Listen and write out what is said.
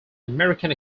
american